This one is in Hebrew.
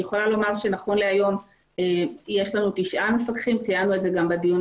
נכון להיום יש לנו תשעה מפקחים ציינו את זה גם בדיון